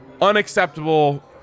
unacceptable